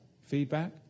Feedback